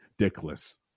dickless